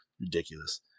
ridiculous